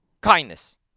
kindness